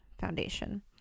foundation